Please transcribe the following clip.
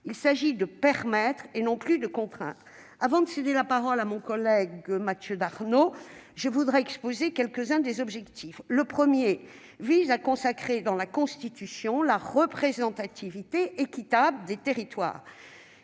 Il s'agit de permettre et non plus de contraindre. Avant de céder la parole à Mathieu Darnaud, je tiens à exposer quelques-uns des objectifs retenus. Le premier objectif est de consacrer dans la Constitution la représentativité équitable des territoires.